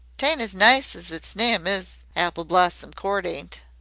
t ain't as nice as its nime is apple blossom court ain't.